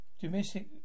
domestic